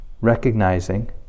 recognizing